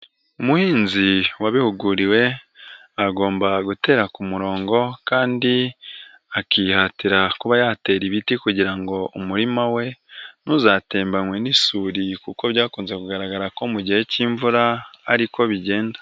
Umuhinzi wabihuguriwe agomba gutera ku murongo, kandi akihatira kuba yatera ibiti kugira ngo umurima we ntuzatembanywe n'isuri kuko byakunze kugaragara ko mu gihe cy'imvura ari ko bigenda.